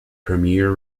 premiere